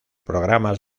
programas